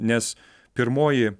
nes pirmoji